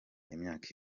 imyaka